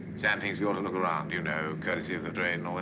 sam thinks he ought to look around. you know courtesy of the trade